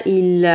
il